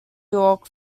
york